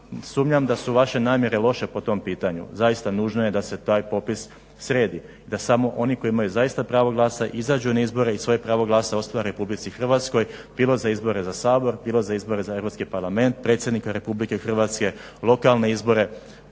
sumnjam da su vaše namjere loše po tom pitanju. Zaista nužno je da se taj popis sredi, da samo oni koji imaju pravo glasa izađu na izbore i svoje pravo glasa ostvare u RH bilo za izbore za Sabor bilo za izbore za EU parlament, predsjednika RH, lokalne izbore.